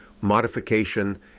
modification